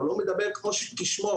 אבל הוא לא מדבר כמו כשמו.